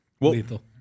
lethal